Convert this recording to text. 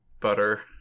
butter